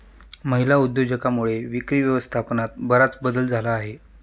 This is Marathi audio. महिला उद्योजकांमुळे विक्री व्यवस्थापनात बराच बदल झाला आहे